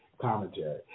commentary